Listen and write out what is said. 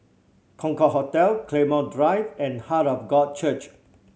Concorde Hotel Claymore Drive and Heart of God Church